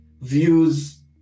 views